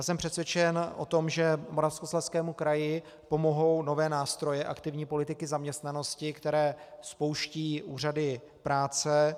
Jsem přesvědčen o tom, že Moravskoslezskému kraji pomohou nové nástroje aktivní politiky zaměstnanosti, které spouštějí úřady práce.